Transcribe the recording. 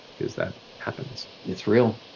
cause that happens. it's real.